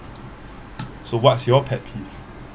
so what's your pet peeve